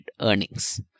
earnings